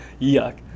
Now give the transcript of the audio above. Yuck